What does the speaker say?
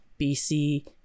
bc